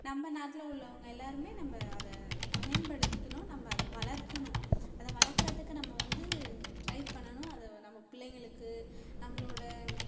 நம்ம நாட்டில உள்ளவங்கள் எல்லாருமே நம்ம அதை பயன்படுத்திக்கணும் நம்ம அதை வளர்க்கணும் அதை வளர்க்கிறதுக்கு நம்ம வந்து ட்ரை பண்ணணும் அதை நம்ம பிள்ளைங்களுக்கு நம்மளோட